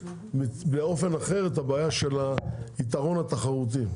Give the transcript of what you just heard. לפתור באופן אחר את הבעיה של היתרון התחרותי.